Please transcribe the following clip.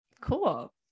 Cool